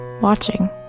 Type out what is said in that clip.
watching